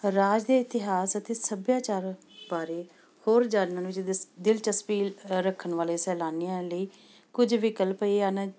ਰਾਜ ਦੇ ਇਤਿਹਾਸ ਅਤੇ ਸੱਭਿਆਚਾਰ ਬਾਰੇ ਹੋਰ ਜਾਣਨ ਵਿੱਚ ਦਿਸ ਦਿਲਚਸਪੀ ਰੱਖਣ ਵਾਲੇ ਸੈਲਾਨੀਆਂ ਲਈ ਕੁਝ ਵਿਕਲਪ ਇਹ ਹਨ